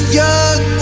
young